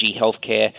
Healthcare